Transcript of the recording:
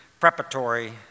preparatory